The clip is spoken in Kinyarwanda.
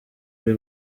ari